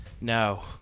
No